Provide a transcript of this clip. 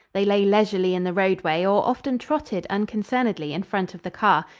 they lay leisurely in the roadway or often trotted unconcernedly in front of the car,